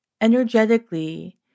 energetically